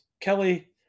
Kelly